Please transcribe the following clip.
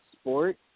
sport